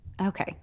Okay